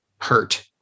hurt